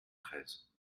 treize